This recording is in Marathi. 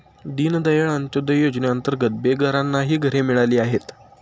दीनदयाळ अंत्योदय योजनेअंतर्गत बेघरांनाही घरे मिळाली आहेत